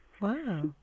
Wow